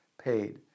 paid